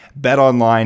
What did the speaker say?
BetOnline